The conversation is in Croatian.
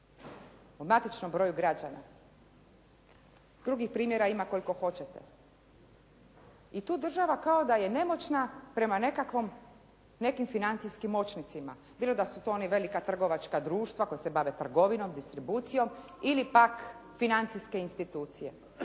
o matičnom broju građana. Drugih primjera ima koliko hoćete. i tu država kao da je nemoćna prema nekim financijskim moćnicima. Bilo da su oni velika trgovačka društva koja se bave trgovinom, distribucijom ili pak financijske institucije.